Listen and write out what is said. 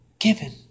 given